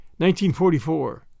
1944